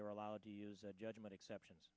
they were allowed to use judgment exceptions